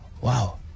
wow